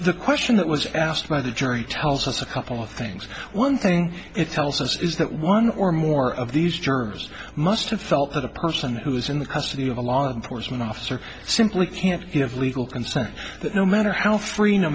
the question that was asked by the jury tells us a couple of things one thing it tells us is that one or more of these germs must have felt that a person who is in the custody of a law enforcement officer simply can't give legal consent no matter how free no